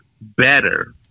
better